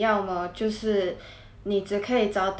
你只可以找到就是那种跟你